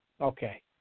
Okay